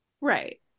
right